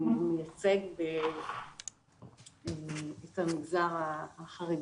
מייצג את המגזר החרדי.